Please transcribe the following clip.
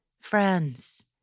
Friends